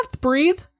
breathe